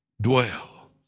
dwell